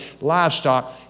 livestock